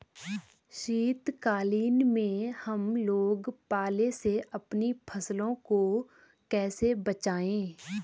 शीतकालीन में हम लोग पाले से अपनी फसलों को कैसे बचाएं?